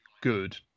good